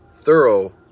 thorough